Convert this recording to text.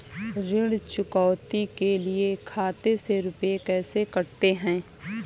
ऋण चुकौती के लिए खाते से रुपये कैसे कटते हैं?